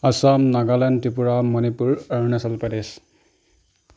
Assam Nagaland Tripura Manipur Arunachal Pradesh